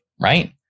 right